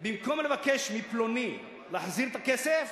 "במקום לבקש" מפלוני, "להחזיר את הכסף,